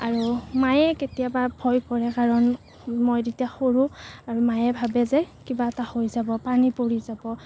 আৰু মায়ে কেতিয়াবা ভয় কৰে কাৰণ মই তেতিয়া সৰু আৰু মায়ে ভাবে যে কিবা এটা হৈ যাব পানী পৰি যাব